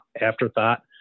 afterthought